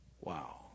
Wow